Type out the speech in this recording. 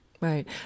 Right